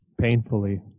painfully